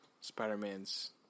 Spider-Man's